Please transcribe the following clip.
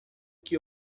que